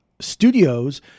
studios